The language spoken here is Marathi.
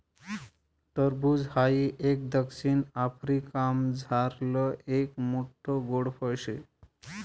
टरबूज हाई एक दक्षिण आफ्रिकामझारलं एक मोठ्ठ गोड फळ शे